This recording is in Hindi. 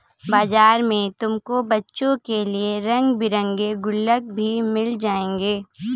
बाजार में तुमको बच्चों के लिए रंग बिरंगे गुल्लक भी मिल जाएंगे